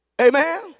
Amen